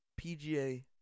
PGA